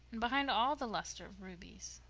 and, behind all the luster of ruby's,